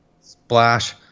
Splash